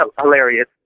hilarious